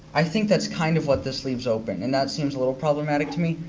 i think that's kind of what this leaves open. and that seems a little problematic to me,